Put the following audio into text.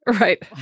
Right